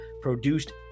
produced